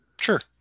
Sure